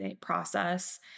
process